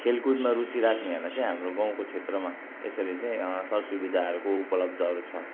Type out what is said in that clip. खेलकुदमा रुचि राख्नेहरूलाई चाहिँ हाम्रो गाउँको क्षेत्रमा यसरी चाहिँ सर सुविधाहरूको उपलब्धहरू छ